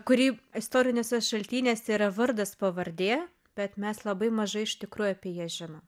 kurį istoriniuose šaltiniuose yra vardas pavardė bet mes labai mažai iš tikrųjų apie ją žino